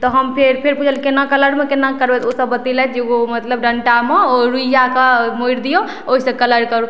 तऽ हम फेर फेर पुछल केना कलरमे केना करबय तऽ ओसब बतेलथि जे एगो मतलब डनटामे ओ रूइयाके मोड़ि दियौ ओइसँ कलर करू